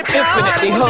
infinitely